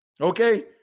Okay